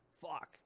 fuck